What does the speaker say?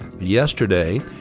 yesterday